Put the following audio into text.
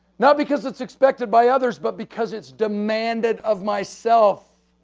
not because it's expected by others, but because it's demanded of myself.